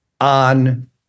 on